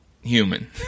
human